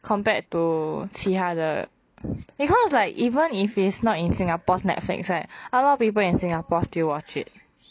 compared to 其他的 because like even if is not in singapore's netflix right a lot of people in singapore still watch it